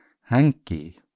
hanky